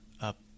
up